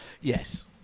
Yes